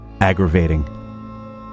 aggravating